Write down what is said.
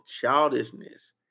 childishness